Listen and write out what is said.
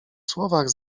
słowach